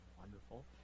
Wonderful